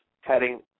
heading